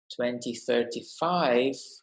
2035